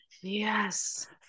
yes